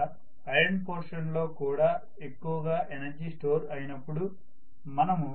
ఇలా iron portion లో కూడా ఎక్కువగా ఎనర్జీ స్టోర్ అయినపుడు మనము